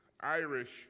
Irish